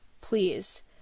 Please